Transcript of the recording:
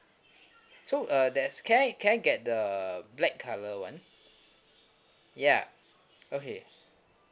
so uh there's can I can I get the black colour one ya okay